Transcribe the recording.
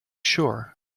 sure